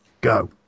go